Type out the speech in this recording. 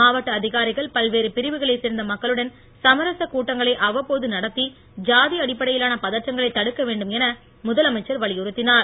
மாவட்ட அதிகாரிகள் பல்வேறு பிரிவுகளைச் சேர்ந்த மக்களுடன் சமரச கூட்டங்களை அவ்வப்போது நடத்தி ஜாதி அடிப்படையிலான பதற்றங்களை தடுக்க வேண்டும் என முதலமைச்சர் வலியுறுத்தினார்